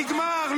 נגמר.